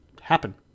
happen